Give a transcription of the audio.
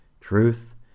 truth